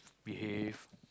behave